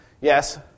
Yes